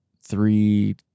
three